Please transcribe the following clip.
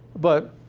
but,